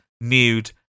Nude